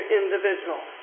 individual